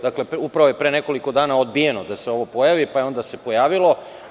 Dakle, upravo je pre nekoliko dana odbijeno da se ovo pojavi, pa se onda pojavilo.